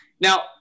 now